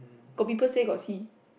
got people say got see